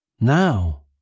Now